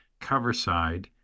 coverside